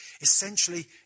essentially